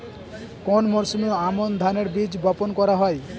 কোন মরশুমে আমন ধানের বীজ বপন করা হয়?